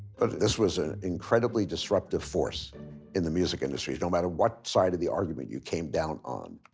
but this was an incredibly disruptive force in the music industries. no matter what side of the argument you came down on.